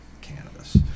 cannabis